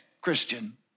Christian